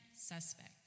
suspect